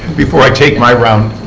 before i take my round